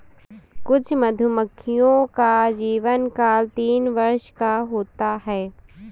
कुछ मधुमक्खियों का जीवनकाल तीन वर्ष का होता है